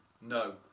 no